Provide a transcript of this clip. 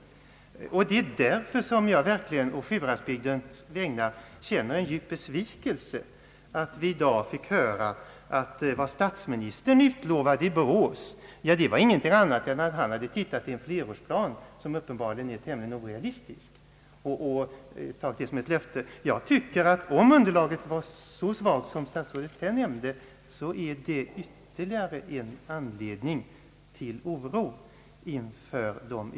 Jag känner därför verkligen på Sjuhäradsbygdens vägnar en djup besvikelse över att vi i dag fått höra att statsministerns uttalande i Borås bara grundade sig på en, uppenbarligen tämligen orealistisk, uppgift i en flerårsplan. Vi uppfattade det som ett löfte. Om underlaget för beskedet var så svagt som statsrådet Lundkvist nu nämnt, tycker jag att detta är ytterligare en anledning till oro inför de utta Ang.